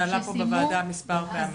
זה עלה פה בוועדה מס' פעמים.